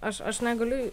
aš aš negaliu